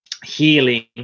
healing